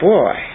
Boy